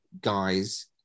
guys